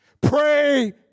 Pray